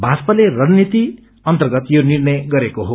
भाजपाले रणनीति अन्तगत यो निर्णय गरेको हो